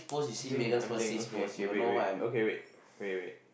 I'm seeing I'm seeing okay okay wait wait okay wait wait wait